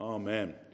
Amen